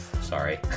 Sorry